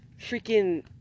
Freaking